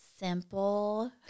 Simple